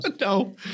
No